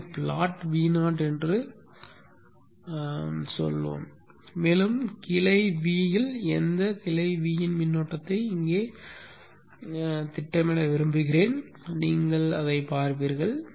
எனவே plot Vo என்று சொல்வோம் மேலும் கிளை V இல் எந்த கிளை V இன் மின்னோட்டத்தை இங்கே கிளையில் திட்டமிட விரும்புகிறேன் பின்னர் நீங்கள் அதைப் பார்ப்பீர்கள்